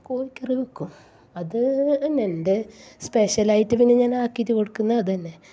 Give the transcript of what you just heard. കോഴിക്കറി വയ്ക്കും അത് എന്റെ സ്പെഷ്യലായിട്ടു പിന്നെ ഞാൻ ആക്കിയിട്ട് കൊടുക്കുന്നത് അത് തന്നെ